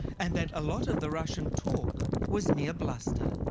and that a lot of the russian talk was mere bluster.